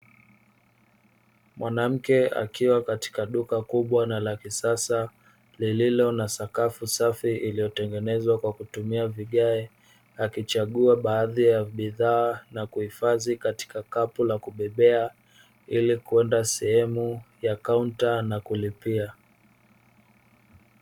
Mwanamke akiwa katika duka kubwa na la kisasa lililo na sakafu safi iliyotengenezwa kwa kutumia vigae, akichagua baadhi ya bidhaa na kuhifadhi katika kapu la kubebea ili kwenda sehemu ya kaunta na kulipia.